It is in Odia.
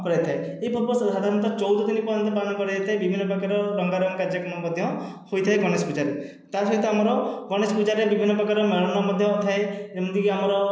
କରାଯାଇଥାଏ ଏହି ପର୍ବ ସାଧାରଣତଃ ଚଉଦ ଦିନ ପର୍ଯ୍ୟନ୍ତ ପାଳନ କରାଯାଇଥାଏ ବିଭିନ୍ନ ପ୍ରକାରର ରଙ୍ଗା ରଙ୍ଗ କାର୍ଯ୍ୟକ୍ରମ ମଧ୍ୟ ହୋଇଥାଏ ଗଣେଶ ପୂଜାରେ ତା ସହିତ ଆମର ଗଣେଶ ପୂଜାରେ ବିଭିନ୍ନ ପ୍ରକାର ମେଳନ ମଧ୍ୟ ଥାଏ ଯେମତିକି ଆମର